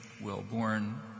well-born